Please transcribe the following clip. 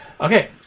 Okay